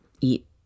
eat